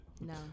No